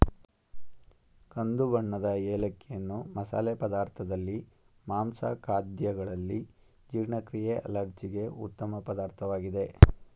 ಕಂದು ಬಣ್ಣದ ಏಲಕ್ಕಿಯನ್ನು ಮಸಾಲೆ ಪದಾರ್ಥದಲ್ಲಿ, ಮಾಂಸ ಖಾದ್ಯಗಳಲ್ಲಿ, ಜೀರ್ಣಕ್ರಿಯೆ ಅಲರ್ಜಿಗೆ ಉತ್ತಮ ಪದಾರ್ಥವಾಗಿದೆ